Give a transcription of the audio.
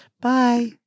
Bye